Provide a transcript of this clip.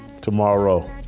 tomorrow